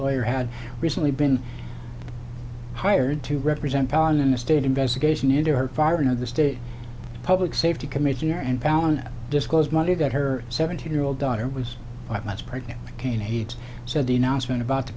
lawyer had recently been hired to represent palin in the state investigation into her firing of the state public safety commissioner and palin disclosed monday got her seventeen year old daughter was five months pregnant mccain aides said the announcement about the